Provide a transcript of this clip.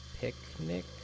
picnic